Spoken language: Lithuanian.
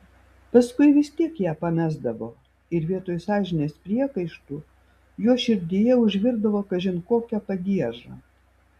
paskui vis tiek ją pamesdavo ir vietoj sąžinės priekaištų jo širdyje užvirdavo kažin kokia pagieža